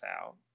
out